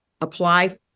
apply